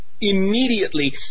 immediately